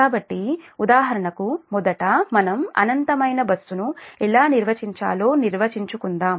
కాబట్టి ఉదాహరణకు మొదట మనం అనంతమైన బస్సును ఎలా నిర్వచించాలో నిర్వచించుకుందాం